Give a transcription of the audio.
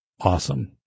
awesome